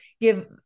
give